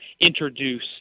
introduce